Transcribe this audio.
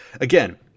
Again